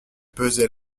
pesait